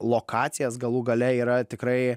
lokacijas galų gale yra tikrai